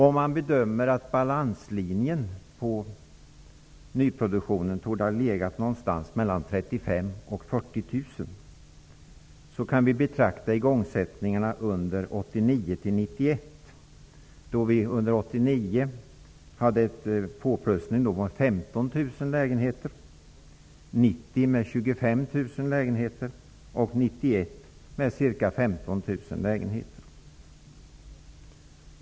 Om vi bedömer att balanslinjen på nyproduktionen torde ha legat någonstans mellan 35 000 och 40 000 kan vi betrakta igångsättningarna under åren 1989-- 1991. Under 1989 hade vi då ett plus på 15 000 lägenheter, 1990 hade vi ett plus på 25 000 lägenheter och 1991 ett plus på ca 15 000 lägenheter.